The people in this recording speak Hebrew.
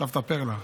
סבתא פרלה,